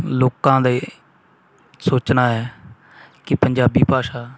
ਲੋਕਾਂ ਦੇ ਸੋਚਣਾ ਹੈ ਕਿ ਪੰਜਾਬੀ ਭਾਸ਼ਾ